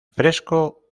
fresco